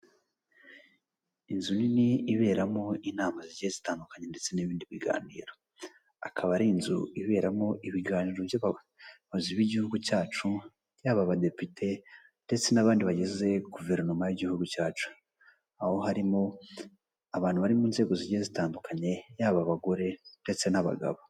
Inzu nini iberamo inama zigiye zitandukanye ndetse n'ibindi biganiro, akaba ari inzu iberamo ibiganiro by'abayobozi b'igihugu cyacu yaba abadepite ndetse n'abandi bagize guverinoma y'igihugu cyacu, aho harimo abantu bari mu nzego zigiye zitandukanye yaba abagore ndetse n'abagabo .